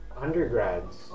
undergrads